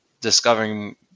discovering